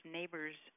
Neighbors